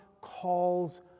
calls